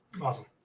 awesome